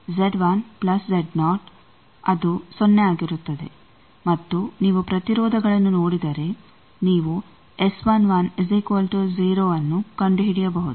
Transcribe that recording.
ಆದ್ದರಿಂದ ಮತ್ತು ನೀವು ಪ್ರತಿರೋಧಗಳನ್ನು ನೋಡಿದರೆ ನೀವು S110 ನ್ನು ಕಂಡುಹಿಡಿಯಬಹುದು